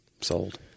sold